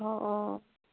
অঁ অঁ